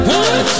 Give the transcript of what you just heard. one